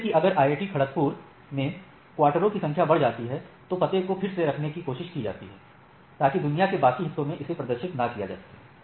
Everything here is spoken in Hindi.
जैसे कि अगर IIT खड़गपुर में क्वार्टरों की संख्या बढ़ जाती है तो पते को फिर से रखने की कोशिश की जाती है ताकि दुनिया के बाकी हिस्सों में इसे प्रदर्शित न किया जा सके